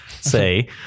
say